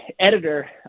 editor